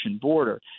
border